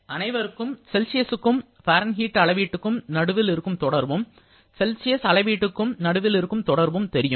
அனைவருக்கும் செல்சியஸ் க்கும் பாரன்ஹீட் அளவீடுகளும் இருக்கும் தொடர்பும் செல்சியஸ்க்கும் அளவீட்டு க்கும் நடுவில் இருக்கும் தொடர்பு தெரியும்